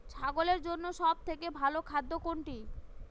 ছাগলের জন্য সব থেকে ভালো খাদ্য কোনটি?